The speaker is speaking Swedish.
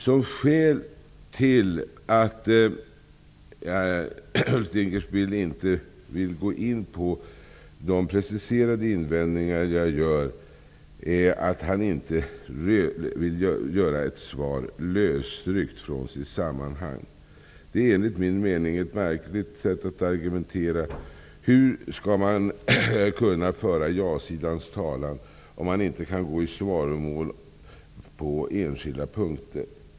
Som skäl till att Ulf Dinkelspiel inte vill gå in på de preciserade invändningar jag gör anger han att han inte vill ge ett svar lösryckt från sitt sammanhang. Det är enligt min mening ett märkligt sätt att argumentera. Hur skall man kunna föra ja-sidans talan om man inte kan gå i svaromål på enskilda punkter?